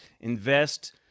Invest